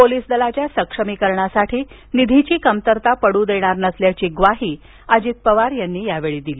police दलाच्या सक्षमीकरणासाठी निधीची कमतरता पडू देणार नसल्याची ग्वाही अजित पवार यांनी यावेळी दिली